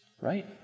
Right